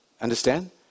Understand